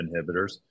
inhibitors